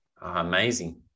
amazing